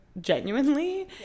genuinely